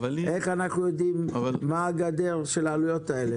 איך אנחנו יודעים מה גדר העלויות האלה?